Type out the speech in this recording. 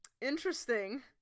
Interesting